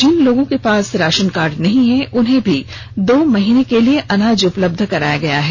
जिन लोगों के पास राशन कार्ड नहीं है उन्हें भी दो महीने के लिए अनाज उपलब्ध कराया गया है